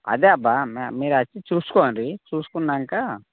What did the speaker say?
అదే అబ్బా మీరు వచ్చి చూసుకోండి చూసుకున్నాక